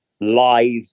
live